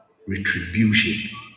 retribution